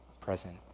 present